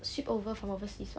ship over from overseas [what]